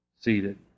seated